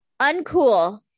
uncool